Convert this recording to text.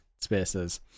spaces